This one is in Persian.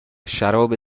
شراب